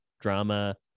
drama